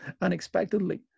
unexpectedly